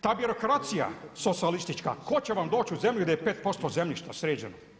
Ta birokracija socijalistička, tko će vam doći u zemlju gdje je 5% zemljišta sređeno?